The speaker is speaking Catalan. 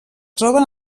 troben